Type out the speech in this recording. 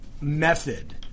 method